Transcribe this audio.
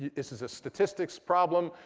this is a statistics problem.